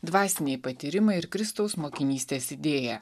dvasiniai patyrimai ir kristaus mokinystės idėja